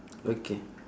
okay